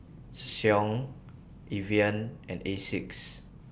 Ssangyong Evian and Asics